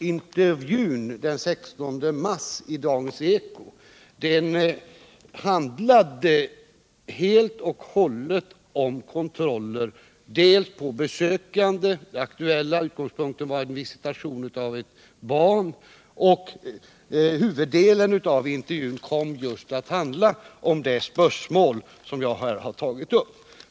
Intervjun den 16 mars i Dagens eko handlade emellertid helt och hållet om kontroller, delvis av besökande — den aktuella utgångspunkten var en visitation av ett barn —-och huvuddelen av intervjun kom att handla om just det spörsmål som jag här har tagit upp.